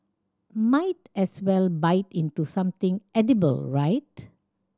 might as well bite into something edible right